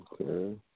Okay